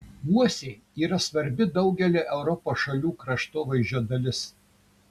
uosiai yra svarbi daugelio europos šalių kraštovaizdžio dalis